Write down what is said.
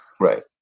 Right